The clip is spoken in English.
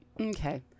okay